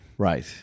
Right